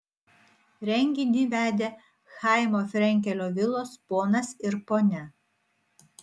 renginį vedė chaimo frenkelio vilos ponas ir ponia